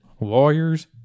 lawyers